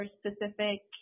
specific